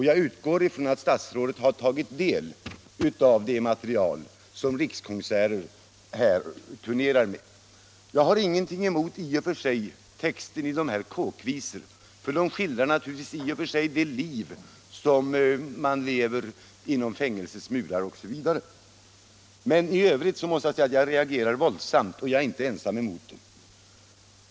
Jag utgår från att statsrådet har tagit del av det material som Rikskonserter turnerar med. Jag har i och för sig ingenting emot texten i dessa ”Kåkvisor”, för den skildrar naturligtvis det liv som levs inom fängelsets murar, men i övrigt reagerar jag våldsamt mot materialet, och jag är inte ensam om att göra det.